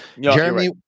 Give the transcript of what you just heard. Jeremy